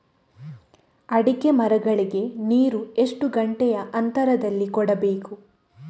ಅಡಿಕೆ ಮರಗಳಿಗೆ ನೀರು ಎಷ್ಟು ಗಂಟೆಯ ಅಂತರದಲಿ ಕೊಡಬೇಕು?